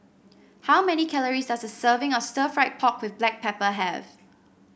how many calories does a serving of Stir Fried Pork with Black Pepper have